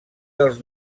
dels